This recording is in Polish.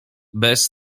bez